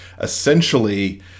essentially